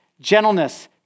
gentleness